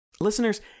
Listeners